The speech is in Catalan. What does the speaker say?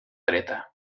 dreta